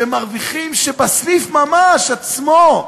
בסניף ממש, עצמו,